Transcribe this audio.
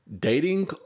Dating